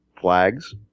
flags